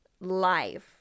life